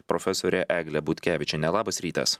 profesore egle butkevičiene labas rytas